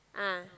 ah